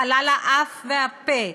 חלל האף והפה,